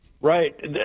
Right